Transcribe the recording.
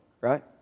right